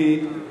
שלא,